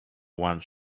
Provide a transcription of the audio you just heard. one